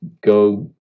go